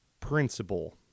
principle